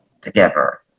together